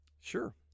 Sure